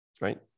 right